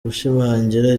gushimangira